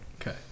Okay